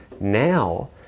now